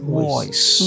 voice